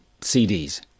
CDs